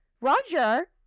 Roger